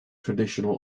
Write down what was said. traditional